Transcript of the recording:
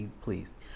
please